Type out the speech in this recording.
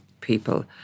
people